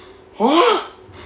!huh!